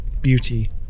beauty